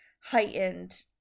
heightened